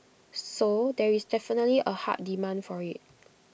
so there is definitely A hard demand for IT